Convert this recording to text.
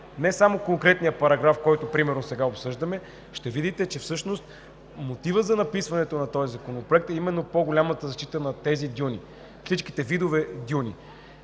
не само конкретния параграф, който сега обсъждаме примерно, ще видите, че всъщност мотивът за написване на Законопроекта е именно по-голямата защита на тези дюни, всички видове дюни.